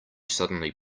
suddenly